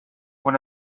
one